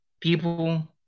people